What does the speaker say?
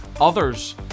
others